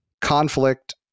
conflict